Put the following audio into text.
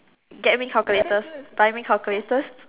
get me calculators buy me calculators